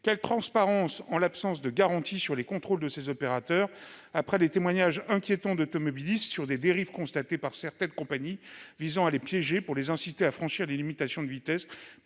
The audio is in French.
est la transparence, face à l'absence de garanties sur les contrôles de ces opérateurs ? Je pense aux témoignages inquiétants d'automobilistes sur des dérives constatées par certaines compagnies visant à les piéger pour les inciter à franchir les limitations de vitesse,